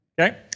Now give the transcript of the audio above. Okay